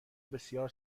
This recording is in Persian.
بسیار